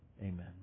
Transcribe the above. Amen